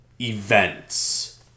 events